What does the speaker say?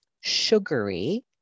sugary